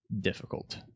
difficult